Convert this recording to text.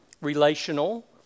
relational